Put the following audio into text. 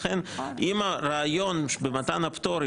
לכן אם הרעיון במתן הפטור,